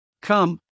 Come